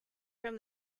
from